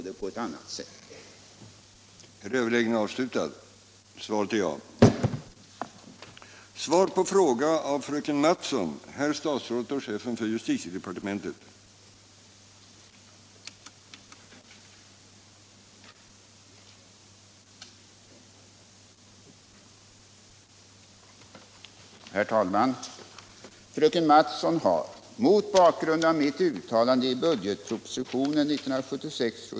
De remissinstanser som yttrat sig har kraftigt understrukit behovet av att frågan om lokalanstalter i storstadsområdena snarast löses.